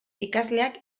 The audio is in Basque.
ikasleak